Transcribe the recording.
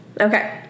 Okay